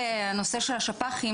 הנושא של השפ"חים,